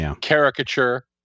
caricature